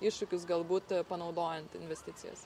iššūkius galbūt panaudojant investicijas